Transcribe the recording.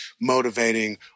motivating